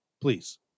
Please